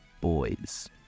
boys